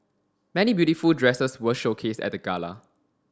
many beautiful dresses were showcased at the gala